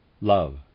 love